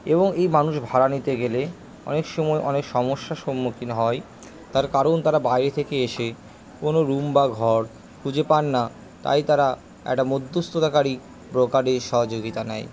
এবং এই মানুষ ভাড়া নিতে গেলে অনেক সময় অনেক সমস্যার সম্মুখীন হয় তার কারণ তারা বাইরে থেকে এসে কোনো রুম বা ঘর খুঁজে পান না তাই তারা একটা মধ্যস্থতাকারী ব্রোকারের সহযোগিতা নেয়